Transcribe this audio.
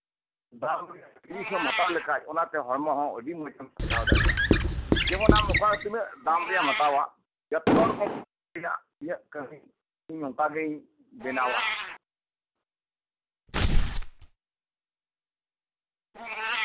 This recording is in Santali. ᱫᱟᱢ ᱨᱮᱭᱟᱜ ᱡᱤᱱᱤᱥᱮᱢ ᱦᱟᱛᱟᱣ ᱞᱮᱠᱷᱟᱱ ᱚᱱᱟᱛᱮ ᱦᱚᱲᱢᱚ ᱦᱚᱸ ᱟᱹᱰᱤ ᱢᱚᱸᱡᱮᱢ ᱥᱟᱡᱟᱣ ᱫᱟᱲᱮᱭᱟᱜᱼᱟ ᱡᱮᱢᱚᱱ ᱟᱢ ᱚᱠᱟᱨᱮ ᱛᱤᱱᱟᱹᱜ ᱫᱟᱢ ᱨᱮᱭᱟᱜ ᱮᱢ ᱦᱟᱛᱟᱣᱟ ᱡᱷᱚᱛᱚ ᱨᱚᱠᱚᱢ ᱢᱮᱱᱟᱜᱼᱟ ᱤᱧ ᱱᱚᱝᱠᱟ ᱜᱤᱧ ᱵᱮᱱᱟᱣᱟ